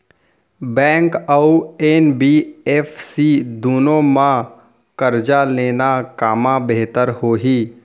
Bank अऊ NBFC दूनो मा करजा लेना कामा बेहतर होही?